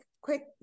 quick